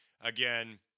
again